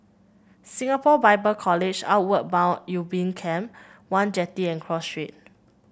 Singapore Bible College Outward Bound Ubin Camp one Jetty and Cross Street